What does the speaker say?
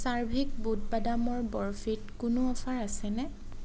চাৰ্ভিক বুট বাদামৰ বৰ্ফিত কোনো অফাৰ আছেনে